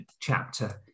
chapter